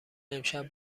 امشب